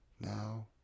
Now